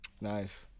Nice